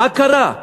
מה קרה?